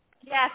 Yes